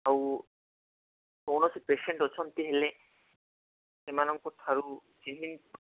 ଆଉ କୌଣସି ପେସେଣ୍ଟ୍ ଅଛନ୍ତି ହେଲେ ଏମାନଙ୍କଠାରୁ କେହି